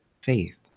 faith